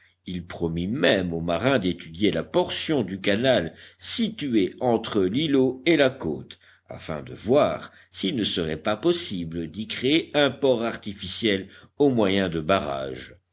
il promit même au marin d'étudier la portion du canal située entre l'îlot et la côte afin de voir s'il ne serait pas possible d'y créer un port artificiel au moyen de barrages